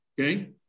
okay